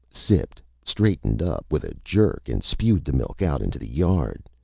sipped, straightened up with a jerk and spewed the milk out into the yard.